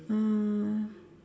uh